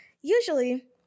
Usually